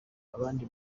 abandi